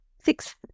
six